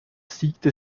siegte